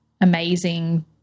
amazing